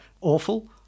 Awful